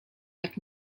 jak